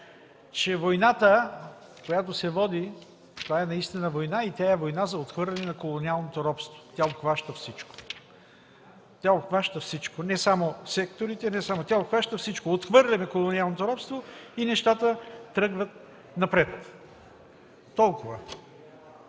Войната, която се води, това е наистина война за отхвърляне на колониалното робство. Тя обхваща всичко. Тя обхваща всичко, не само секторите, тя обхваща всичко. Отхвърляме колониалното робство и нещата тръгват напред! Толкова.